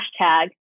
hashtag